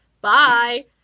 Bye